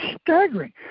staggering